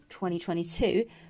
2022